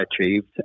achieved